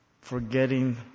Forgetting